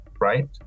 right